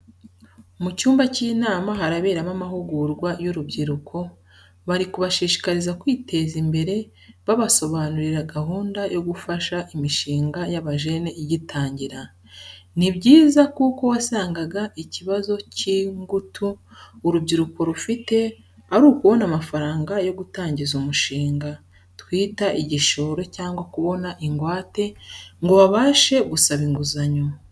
Mu cyumba cy'inama haraberamo amahugurwa y'urubyiruko, bari kubashishikariza kwiteza imbere babasobanurira gahunda yo gufasha imishinga y'abajene igitangira. Ni byiza kuko wasangaga ikibazo cy'ingutu urubyiruko rufite ari ukubona amafaranga yo gutangiza umushinga twita igishoro cyangwa kubona ingwate ngo babashe gusaba inguzanyo.